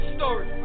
story